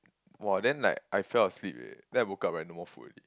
!wah! then like I fell asleep already then I woke up right no more food already